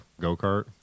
go-kart